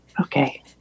Okay